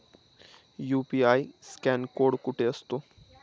UPI scan code कुठे असतो?